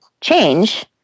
change